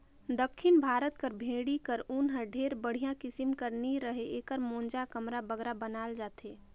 दक्खिन भारत कर भेंड़ी कर ऊन हर ढेर बड़िहा किसिम कर नी रहें एकर मोजा, कमरा बगरा बनाल जाथे